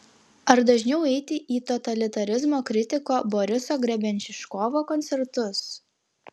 ar dažniau eiti į totalitarizmo kritiko boriso grebenščikovo koncertus